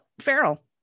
feral